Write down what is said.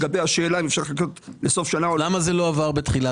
לגבי השאלה אם אפשר לחכות לסוף השנה --- למה זה לא עבר קודם?